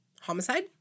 homicide